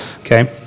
okay